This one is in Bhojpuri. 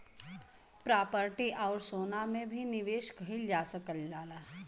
प्रॉपर्टी आउर सोना में भी निवेश किहल जा सकला